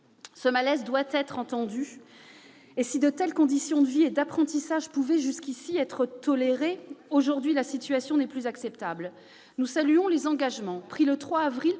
Ce malaise doit être entendu. Si de telles conditions de vie et d'apprentissage pouvaient jusqu'ici être tolérées, aujourd'hui, la situation n'est plus acceptable. Nous saluons donc les engagements pris avant-hier